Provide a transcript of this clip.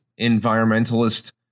environmentalist